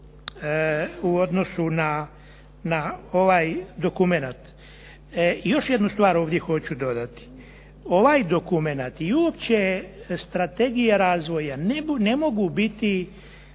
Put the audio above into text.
u odnosu na ovaj dokument. Još jednu stvar ovdje hoću dodati. Ovaj dokument i uopće strategija razvoja ne mogu biti,